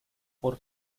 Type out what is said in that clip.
por